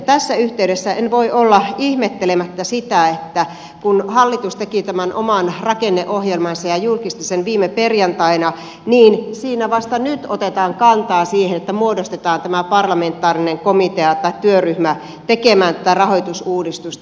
tässä yhteydessä en voi olla ihmettelemättä sitä että kun hallitus teki tämän oman rakenneohjelmansa ja julkisti sen viime perjantaina niin siinä vasta nyt otetaan kantaa siihen että muodostetaan tämä parlamentaarinen komitea tai työryhmä tekemään tätä rahoitusuudistusta